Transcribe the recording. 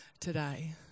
today